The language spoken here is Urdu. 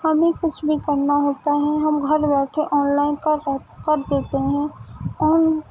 ہمیں کچھ بھی کرنا ہوتا ہے ہم گھر بیٹھے آن لائن کر کر دیتے ہیں اور